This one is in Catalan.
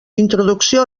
introducció